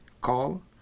call